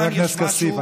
חבר הכנסת כסיף,